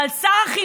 ושל השר,